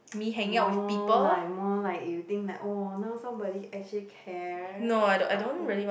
more like more like you think that oh now somebody actually cares about who